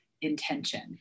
intention